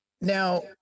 Now